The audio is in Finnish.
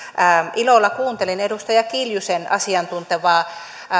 ilolla kuuntelin edustaja kiljusen asiantuntevaa